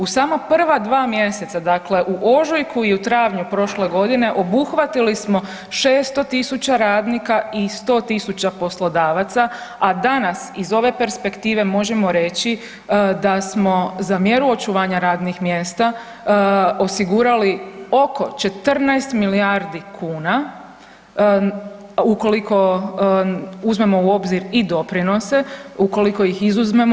U samo prva dva mjeseca, dakle u ožujku i u travnju prošle godine obuhvatili smo 600 000 radnika i 100 000 poslodavaca, a danas iz ove perspektive možemo reći da smo za mjeru očuvanja radnih mjesta osigurali oko 14 milijardi kuna ukoliko uzmemo u obzir i doprinose, ukoliko ih izuzmemo.